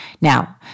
Now